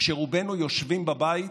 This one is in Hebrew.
כשרובנו יושבים בבית